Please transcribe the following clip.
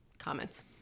comments